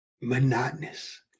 monotonous